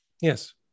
yes